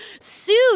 sued